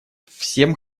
всем